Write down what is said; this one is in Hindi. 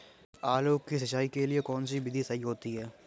आलू की सिंचाई के लिए कौन सी विधि सही होती है?